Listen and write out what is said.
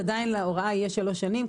עדיין להוראה יהיו שלוש שנים,